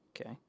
Okay